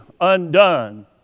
undone